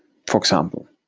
for example,